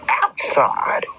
outside